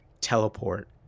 teleport